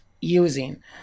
using